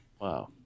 Wow